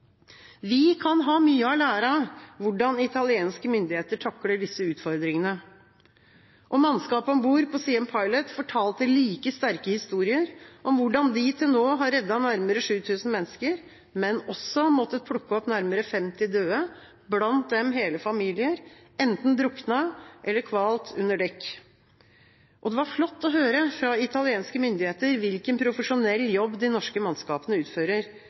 Vi kan ha mye å lære av hvordan italienske myndigheter takler disse utfordringene. Mannskapet om bord på «Siem Pilot» fortalte like sterke historier om hvordan de til nå har reddet nærmere 7 000 mennesker, men også har måttet plukke opp nærmere 50 døde, blant dem hele familier, enten druknet eller kvalt under dekk. Det var flott å høre fra italienske myndigheter hvilken profesjonell jobb de norske mannskapene utfører.